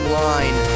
line